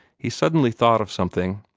he suddenly thought of something.